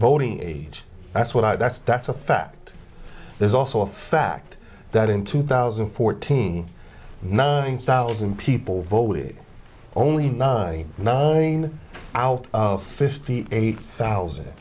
voting age that's what i that's that's a fact there's also a fact that in two thousand and fourteen nine thousand people voted only nine nine out of fifty eight thousand